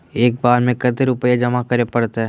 एक बार में कते रुपया जमा करे परते?